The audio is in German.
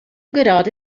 gerade